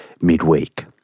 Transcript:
midweek